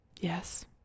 yes